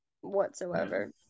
whatsoever